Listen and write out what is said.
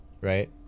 right